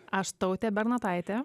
aš tautė bernotaitė